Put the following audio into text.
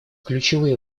ключевые